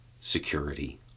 security